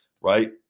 Right